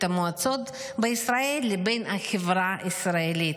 המועצות בישראל לבין החברה הישראלית.